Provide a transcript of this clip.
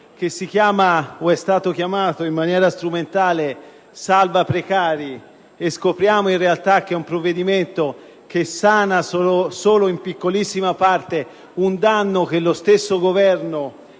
che si chiama - o è stato chiamato, in maniera strumentale - «salvaprecari» e scopriamo che in realtà sana solo in piccolissima parte un danno che lo stesso Governo